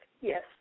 Yes